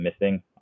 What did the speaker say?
missing